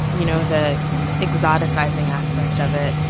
you know, the exoticizing aspect of it.